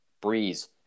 Breeze